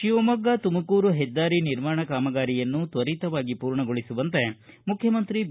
ಶಿವಮೊಗ್ಗ ತುಮಕೂರು ಹೆದ್ದಾರಿ ನಿರ್ಮಾಣ ಕಾಮಗಾರಿಯನ್ನು ತ್ವರಿತವಾಗಿ ಪೂರ್ಣಗೊಳಿಸುವಂತೆ ಮುಖ್ಯಮಂತ್ರಿ ಬಿ